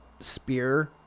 spear